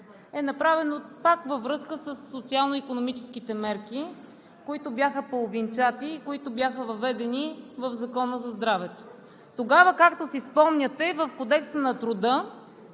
е направено пак във връзка със социално икономическите мерки, които бяха половинчати и които бяха въведени в Закона за здравето. Тогава, както си спомняте, в Кодекса на труда